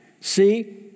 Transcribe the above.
See